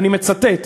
אני מצטט.